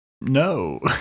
no